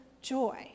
joy